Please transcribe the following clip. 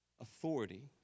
authority